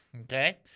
Okay